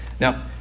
Now